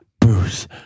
Bruce